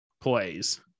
plays